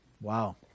wow